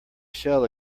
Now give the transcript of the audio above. shell